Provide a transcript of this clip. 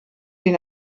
den